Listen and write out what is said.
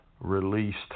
released